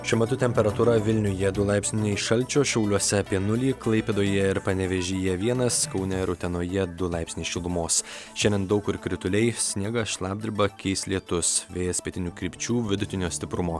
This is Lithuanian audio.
šiuo metu temperatūra vilniuje du laipsniai šalčio šiauliuose apie nulį klaipėdoje ir panevėžyje vienas kaune ir utenoje du laipsniai šilumos šiandien daug kur krituliai sniegą šlapdribą keis lietus vėjas pietinių krypčių vidutinio stiprumo